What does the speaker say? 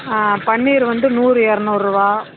ஆ பன்னீர் வந்து நூறு இரநூர்றுவா